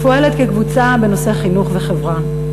ופועלת כקבוצה בנושא חינוך וחברה.